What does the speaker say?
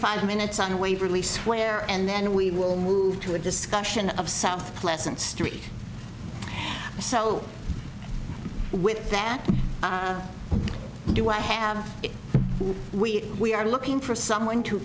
five minutes on waverly square and then we will move to a discussion of south pleasant street so with that do i have we we are looking for someone to